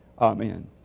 Amen